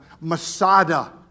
Masada